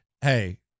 Hey